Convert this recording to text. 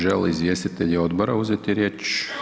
Žele li izvjestitelji odbora uzeti riječ?